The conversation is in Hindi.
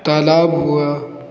तालाब हुआ